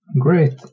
Great